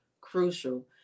crucial